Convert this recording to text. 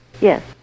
Yes